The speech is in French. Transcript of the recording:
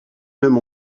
même